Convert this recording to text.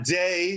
day